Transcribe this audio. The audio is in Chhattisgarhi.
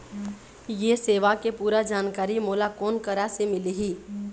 ये सेवा के पूरा जानकारी मोला कोन करा से मिलही?